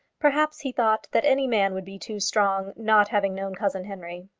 perhaps he thought that any man would be too strong, not having known cousin henry.